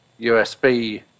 USB